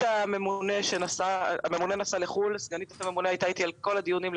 הממונה נסעה לחו"ל וסגנית הממונה הייתה איתי בכל הדיונים,